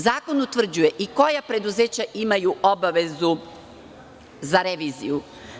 Zakon utvrđuje i koja preduzeća imaju obavezu za reviziju.